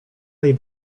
tej